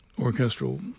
orchestral